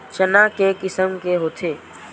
चना के किसम के होथे?